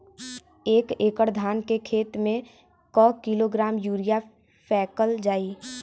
एक एकड़ धान के खेत में क किलोग्राम यूरिया फैकल जाई?